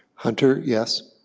hunter, yes.